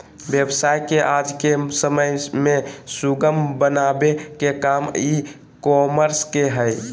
व्यवसाय के आज के समय में सुगम बनावे के काम ई कॉमर्स के हय